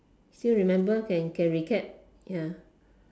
still remember can can recap ya